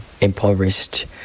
impoverished